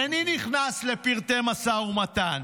איני נכנס לפרטי המשא ומתן,